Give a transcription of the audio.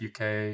UK